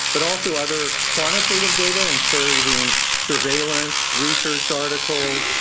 but also other quantitative data including surveillance, research articles,